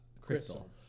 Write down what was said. Crystal